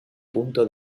punto